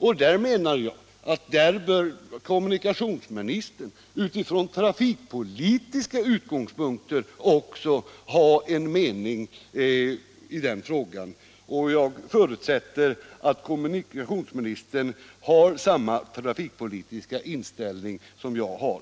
Jag menar att kommunikationsministern från trafikpolitiska utgångspunkter också bör ha en mening i den frågan, och jag förutsätter att kommunikationsministern har samma trafikpolitiska inställning som jag.